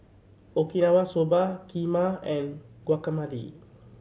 Okinawa Soba Kheema and Guacamole